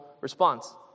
response